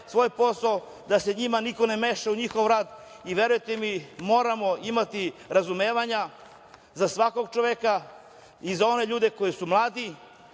svoj posao, da se njima niko ne meša u njihov rad. Verujte mi, moramo imati razumevanja za svakog čoveka i za one ljude koji su mladi,